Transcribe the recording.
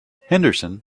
henderson